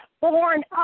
born